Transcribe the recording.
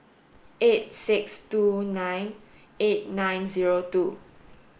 eight six two nine eight nine zero two